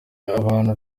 abantu